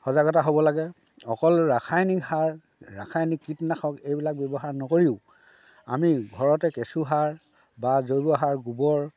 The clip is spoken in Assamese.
সজাগতা হ'ব লাগে অকল ৰাসায়নিক সাৰ ৰাসায়নিক কীটনাশক এইবিলাক ব্যৱহাৰ নকৰিও আমি ঘৰতে কেঁচুসাৰ বা জৈৱসাৰ গোবৰ